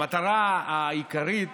המטרה העיקרית